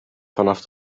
vanaf